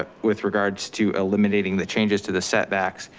with regards to eliminating the changes to the setbacks,